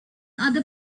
other